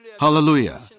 Hallelujah